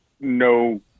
no